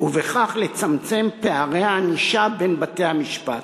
ובכך לצמצם פערי ענישה בין בתי-המשפט,